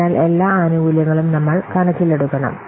അതിനാൽ എല്ലാ ആനുകൂല്യങ്ങളും നമ്മൾ കണക്കിലെടുക്കണം